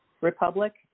republic